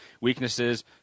weaknesses